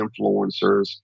influencers